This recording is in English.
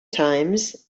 times